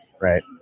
right